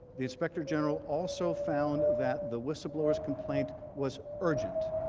the inspector general also found that the whistleblowers complaint was urgent.